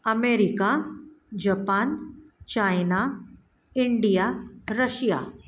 America Japan China India Russia